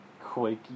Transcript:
Quakey